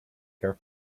careful